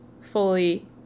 fully